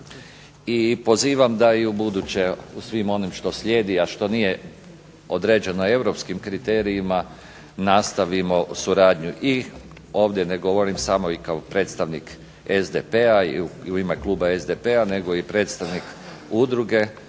I pozivam da i ubuduće u svim onim što slijedi, a što nije određeno europskim kriterijima nastavimo i suradnju i ovdje, ne govorim samo i kao predstavnik SDP-a i u ime kluba SDP-a nego i predstavnik udruge